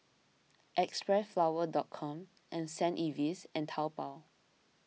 Xpressflower dot com and St Ives and Taobao